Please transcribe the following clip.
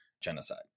genocide